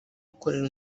ukorera